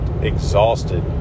exhausted